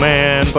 Man